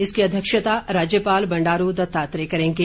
इसकी अध्यक्षता राज्यपाल बंडारू दत्तात्रेय करेंगे